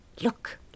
Look